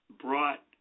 brought